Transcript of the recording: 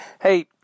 Hey